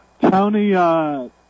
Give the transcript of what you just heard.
Tony